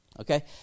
Okay